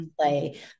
play